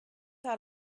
how